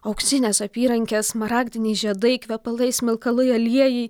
auksinės apyrankės smaragdiniai žiedai kvepalai smilkalai aliejai